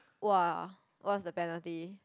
!wah! what's the penalty